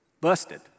Busted